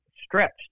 stretched